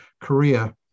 korea